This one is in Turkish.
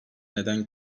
neden